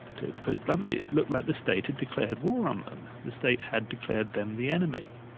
to to put it bluntly, it looked like the state had declared war on them the state had declared them the enemy.